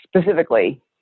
specifically